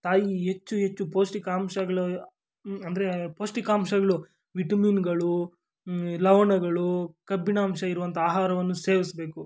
ತಾಯಿ ಹೆಚ್ಚು ಹೆಚ್ಚು ಪೌಷ್ಟಿಕಾಂಶಗಳು ಅಂದರೆ ಪೌಷ್ಟಿಕಾಂಶಗಳು ವಿಟಮಿನ್ಗಳು ಲವಣಗಳು ಕಬ್ಬಿಣ ಅಂಶ ಇರುವಂಥ ಆಹಾರವನ್ನು ಸೇವಿಸಬೇಕು